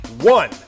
one